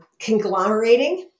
conglomerating